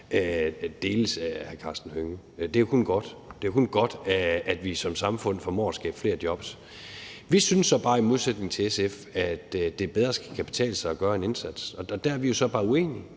det er jo kun godt. Det er jo kun godt, at vi som samfund formår at skabe flere jobs. Vi synes så bare i modsætning til SF, at det bedre skal kunne betale sig at gøre en indsats, og der er vi jo så bare uenige.